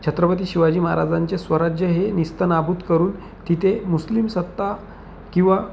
छत्रपती शिवाजी महाराजांचे स्वराज्य हे नेस्तनाबूत करून तिथे मुस्लिम सत्ता किंवा